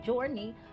journey